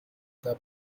the